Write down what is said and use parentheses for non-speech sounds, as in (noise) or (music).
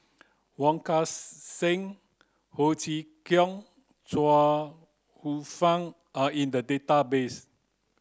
wong Kan (unintelligible) Seng Ho Chee Kong Chuang Hsueh Fang are in the database